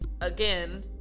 again